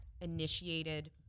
initiated